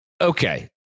Okay